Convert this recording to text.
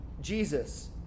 Jesus